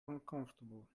uncomfortable